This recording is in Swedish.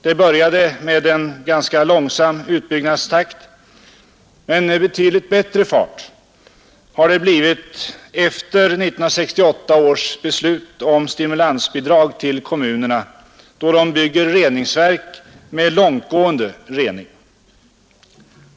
Det inleddes med en ganska långsam utbyggnadstakt, men betydligt bättre fart har det blivit efter 1968 års beslut om stimulansbidrag till kommunerna, då man bygger reningsverk med långtgående rening.